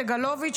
סגלוביץ',